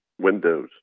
windows